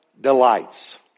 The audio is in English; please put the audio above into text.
delights